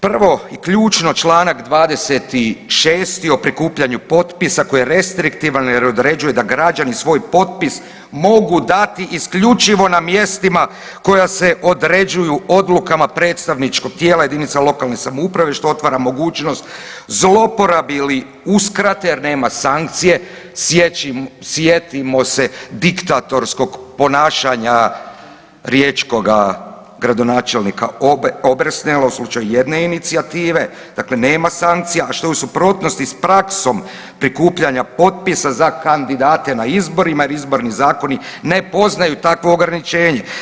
Prvo i ključno, čl. 26. o prikupljanju potpisa jer je restriktivan jer određuje da građani svoj potpis mogu dati isključivo na mjestima koja se određuju odlukama predstavničkog tijela jedinica lokalne samouprave, što otvara mogućnost zlouporabi ili uskrate jer nema sankcije, sjetimo se diktatorskog ponašanja riječkoga gradonačelnika Obersnela, u slučaju jedne inicijative, dakle nema sankcija, što je u suprotnosti s praksom prikupljanja potpisa za kandidate na izborima jer izborni zakoni ne poznaju takvo ograničenje.